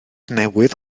newydd